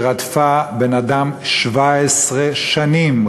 שרדפה בן-אדם 17 שנים.